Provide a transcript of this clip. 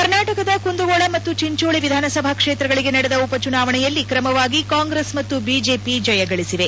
ಕರ್ನಾಟಕದ ಕುಂದಗೋಳ ಮತ್ತು ಚಿಂಚೋಳಿ ವಿಧಾನಸಭಾ ಕ್ಷೇತ್ರಗಳಿಗೆ ನಡೆದ ಉಪಚುನಾವಣೆಯಲ್ಲಿ ಕ್ರಮವಾಗಿ ಕಾಂಗ್ರೆಸ್ ಮತ್ತು ಬಿಜೆಪಿ ಜಯಗಳಿಸಿವೆ